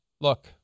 Look